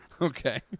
Okay